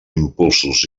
impulsos